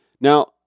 Now